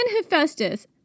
Hephaestus